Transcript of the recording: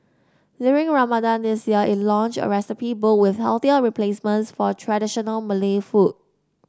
during Ramadan this year it launched a recipe book with healthier replacements for traditional Malay food